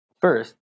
first